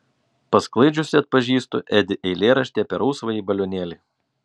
pasklaidžiusi atpažįstu edi eilėraštį apie rausvąjį balionėlį